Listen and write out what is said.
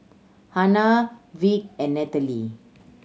Hannah Vick and Natalee